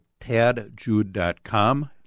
TadJude.com